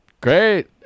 great